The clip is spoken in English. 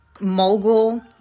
mogul